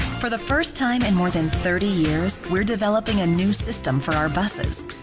for the first time in more than thirty years, we're developing a new system for our busses,